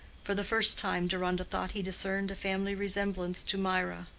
for the first time deronda thought he discerned a family resemblance to mirah.